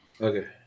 Okay